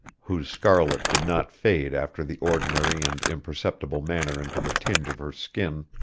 whose scarlet did not fade after the ordinary and imperceptible manner into the tinge of her skin,